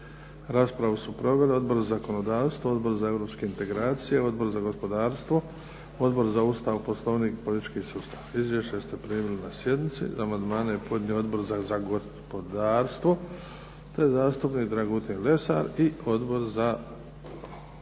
Raspravu su proveli Odbor za zakonodavstvo, Odbor za europske integracije, Odbor za gospodarstvo, Odbor za Ustav, Poslovnik i politički sustav. Izvješće ste primili na sjednici. Amandmane je podnio Odbor za gospodarstvo, te zastupnik Dragutin Lesar i Odbor za